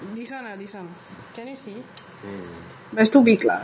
this one lah this one can you see but it's too big lah